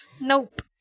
Nope